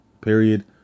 Period